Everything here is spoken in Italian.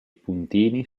puntini